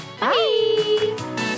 Bye